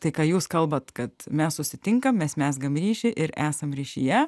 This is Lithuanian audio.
tai ką jūs kalbat kad mes susitinkam mes mezgam ryšį ir esam ryšyje